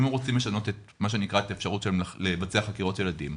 אם רוצים לשנות את מה שנקרא את האפשרות לבצע חקירות ילדים,